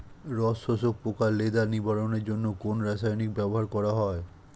রস শোষক পোকা লেদা নিবারণের জন্য কোন রাসায়নিক ব্যবহার করা হয়?